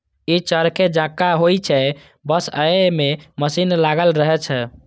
ई चरखे जकां होइ छै, बस अय मे मशीन लागल रहै छै